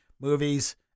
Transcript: movies